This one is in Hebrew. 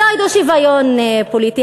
פסאודו-שוויון פוליטי,